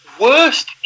worst